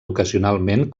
ocasionalment